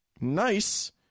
nice